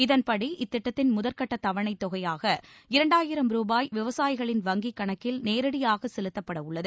இதன்படி இத்திட்டத்தின் முதற்கட்ட தவணைத் தொகையாக இரண்டாயிரம் ரூபாய் விவசாயிகளின் வங்கிக் கணக்கில் நேரடியாக செலுத்தப்பட உள்ளது